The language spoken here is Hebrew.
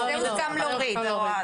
זה יורד.